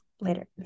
later